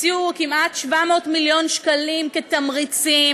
הציעו כמעט 700 מיליון שקלים כתמריצים